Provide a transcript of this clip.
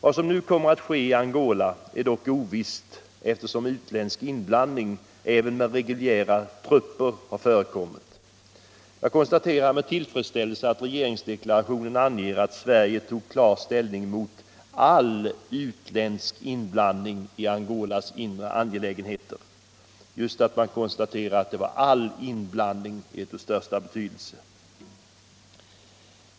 Vad som nu kommer att ske i Angola är dock ovisst eftersom utländsk inblandning även med reguljära trupper har förekommit. Jag konstaterar med tillfredsställelse att regeringsdeklarationen anger att Sverig tog klar ställning mot all utländsk inblandning i Angolas inre angelägenheter. Just att det gäller all inblandning är av största betydelse.